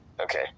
okay